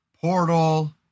portal